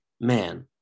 Man